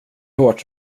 hårt